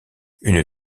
une